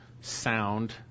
sound